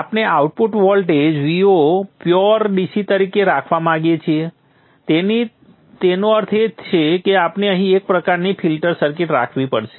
આપણે output voltage Vo pure DC તરીકે રાખવા માંગીએ છીએ તેથી તેનો અર્થ એ છે કે આપણે અહીં એક પ્રકારની ફિલ્ટર સર્કિટ રાખવી પડશે